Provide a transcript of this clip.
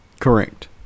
Correct